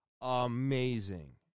amazing